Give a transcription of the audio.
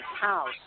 house